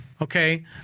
okay